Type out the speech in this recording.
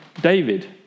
David